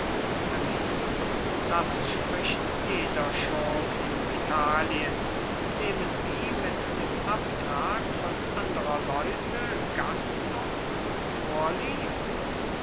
verrina das spricht jeder schurk in italien nehmen sie mit dem abtrag von anderer leute gastung vorlieb